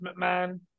McMahon